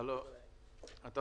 --- (קטיעה בשיחת הזום).